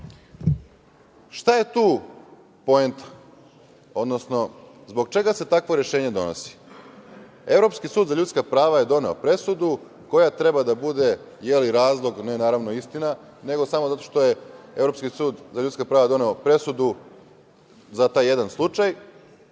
šta je tu poneta, odnosno zbog čega se takvo rešenje donosi? Evropski sud za ljudska prava je doneo presudu koja treba da bude razlog, ne naravno istina, nego samo zato što je Evropski sud za ljudska prava doneo presudu za taj jedan slučaj